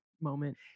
moment